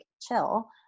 chill